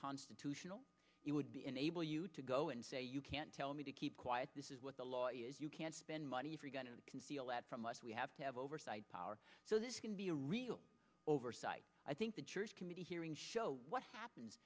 constitutional it would be enable you to go and say you can't tell me to keep quiet this is what the law is you can't spend money if you're going to conceal that from us we have to have oversight power so this can be a real oversight i think the church committee hearings show what happens